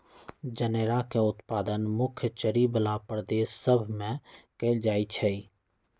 जनेरा के उत्पादन मुख्य चरी बला प्रदेश सभ में कएल जाइ छइ